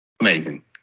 amazing